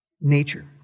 nature